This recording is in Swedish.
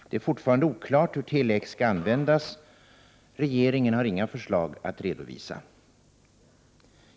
Det är fortfarande oklart hur Tele-X skall användas, och regeringen har inga förslag att redovisa.